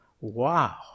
Wow